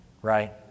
Right